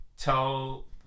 tell